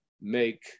make